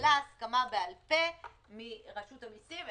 וקיבלה הסכמה בעל פה מרשות המיסים.